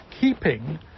keeping